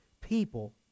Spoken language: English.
people